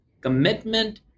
commitment